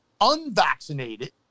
unvaccinated